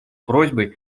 просьбой